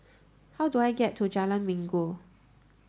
how do I get to Jalan Minggu